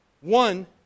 one